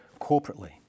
corporately